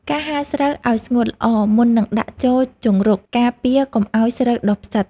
ការហាលស្រូវឱ្យស្ងួតល្អ មុននឹងដាក់ចូលជង្រុក ការពារកុំឱ្យស្រូវដុះផ្សិត។